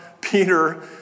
Peter